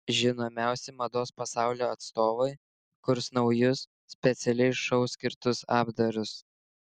žinomiausi mados pasaulio atstovai kurs naujus specialiai šou skirtus apdarus